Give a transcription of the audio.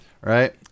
right